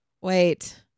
wait